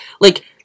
Like-